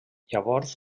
llavors